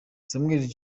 samuel